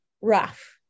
rough